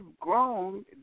grown